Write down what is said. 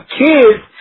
kids